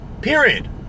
period